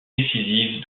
décisive